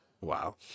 Wow